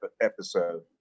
episode